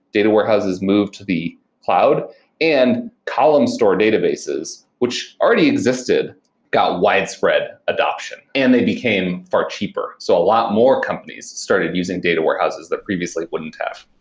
data warehouses moved to the cloud and column store databases, which already existed got widespread adoption, and they became far cheaper. so a lot more companies started using data warehouses that previously wouldn't have.